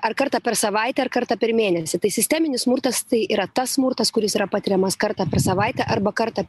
ar kartą per savaitę ar kartą per mėnesį tai sisteminis smurtas tai yra tas smurtas kuris yra patiriamas kartą per savaitę arba kartą